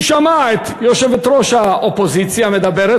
הוא שמע את יושבת-ראש האופוזיציה מדברת,